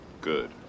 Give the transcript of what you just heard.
Good